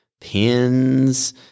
pins